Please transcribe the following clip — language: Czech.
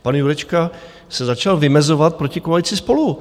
Pan Jurečka se začal vymezovat proti koalici SPOLU.